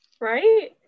Right